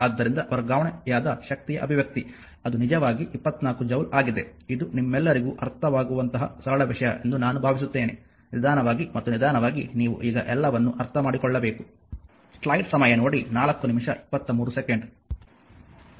ಆದ್ದರಿಂದ ವರ್ಗಾವಣೆಯಾದ ಶಕ್ತಿಯ ಅಭಿವ್ಯಕ್ತಿ ಅದು ನಿಜವಾಗಿ 24 ಜೌಲ್ ಆಗಿದೆ ಇದು ನಿಮ್ಮೆಲ್ಲರಿಗೂ ಅರ್ಥವಾಗುವಂತಹ ಸರಳ ವಿಷಯ ಎಂದು ನಾನು ಭಾವಿಸುತ್ತೇನೆ ನಿಧಾನವಾಗಿ ಮತ್ತು ನಿಧಾನವಾಗಿ ನೀವು ಈಗ ಎಲ್ಲವನ್ನೂ ಅರ್ಥಮಾಡಿಕೊಳ್ಳಬೇಕು